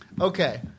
Okay